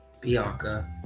bianca